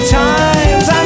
times